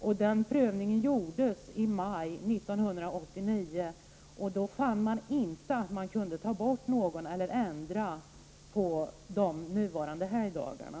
En sådan prövning gjordes i maj 1989, och då fann man inte att man kunde ta bort någon av eller ändra de nuvarande helgdagarna.